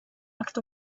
act